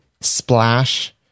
splash